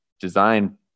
design